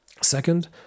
Second